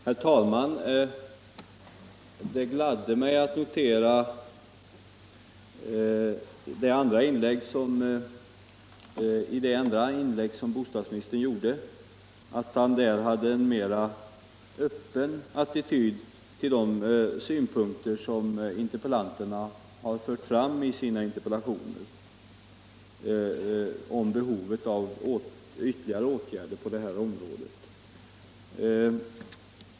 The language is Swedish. Herr talman! Det gladde mig att bostadsministern i sitt andra inlägg hade en mera öppen attityd till de synpunkter som interpellanterna har fört fram om behovet av ytterligare åtgärder på detta område.